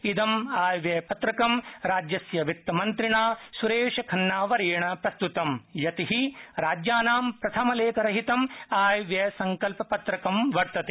इदम् आयव्ययपत्रकं राज्यस्य वित्तमन्त्रिणा स्रेशखन्नावर्येण प्रस्तुतम् यत् हि राज्यानां प्रथमलेखरहितम् आयव्यसंकल्पत्रकं वर्तते